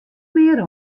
mear